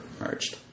merged